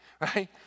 right